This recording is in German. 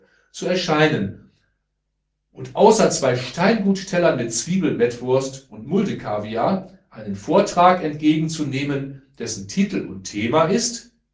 zu erscheinen und außer zwei steinguttellern mit zwiebelwurst und muldecaviar einen vortrag entgegenzunehmen dessen titel und thema ist